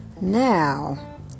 Now